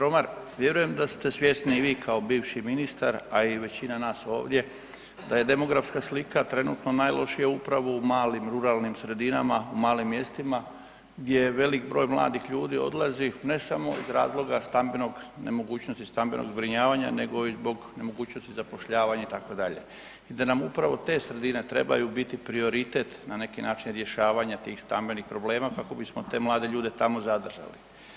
Poštovani zastupniče Štromar, vjerujem da ste svjesni i vi kao bivši ministar, a i većina nas ovdje da je demografska slika trenutno najlošija upravo u malim ruralnim sredinama, u malim mjestima gdje velik broj mladih ljudi odlazi ne samo iz razloga stambenog, nemogućnosti stambenog zbrinjavanja nego i zbog nemogućnosti zapošljavanja itd. i da nam upravo te sredine trebaju biti prioritet na neki način rješavanja tih stambenih problema kako bismo te mlade ljude tamo zadržali.